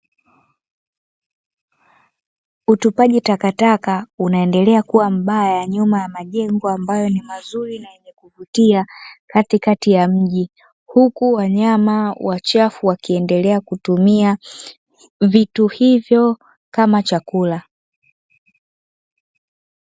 Utupaji takataka unaendelea kuwa mbaya nyuma ya majengo ambayo ni mazuri na yenye kuvutia katikati ya mji, huku wanyama wachafu wakiendelea kutumia vitu hivyo kama chakula.